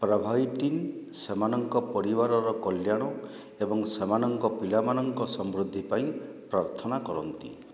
Pervitin ସେମାନଙ୍କ ପରିବାରର କଲ୍ୟାଣ ଏବଂ ସେମାନଙ୍କ ପିଲାମାନଙ୍କ ସମୃଦ୍ଧି ପାଇଁ ପ୍ରାର୍ଥନା କରନ୍ତି